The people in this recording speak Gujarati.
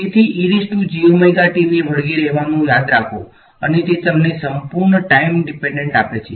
તેથી ને વળગી રહેવાનું યાદ રાખો અને તે તમને સંપૂર્ણ ટાઈમ ડીપેંડંટ આપે છે